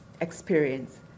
experience